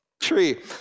tree